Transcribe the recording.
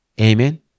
Amen